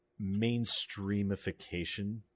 mainstreamification